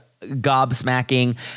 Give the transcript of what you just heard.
gobsmacking